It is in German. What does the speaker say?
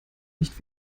nicht